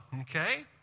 okay